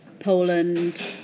Poland